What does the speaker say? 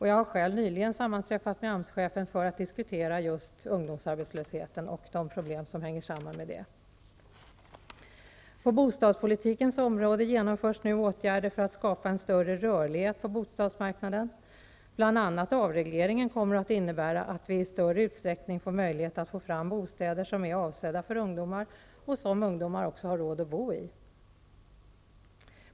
Jag har själv nyligen sammanträffat med AMS-chefen för att diskutera just ungdomsarbetslösheten och de problem som hänger samman med den. På bostadspolitikens område genomförs nu åtgärder för att skapa en större rörlighet på bostadsmarknaden. Bl.a. avregleringen kommer att innebära att vi i större utsträckning får möjlighet att få fram bostäder som är avsedda för ungdomar och som ungdomar har råd att bo i.